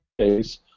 case